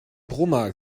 brummer